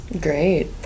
Great